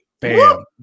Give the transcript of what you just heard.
Bam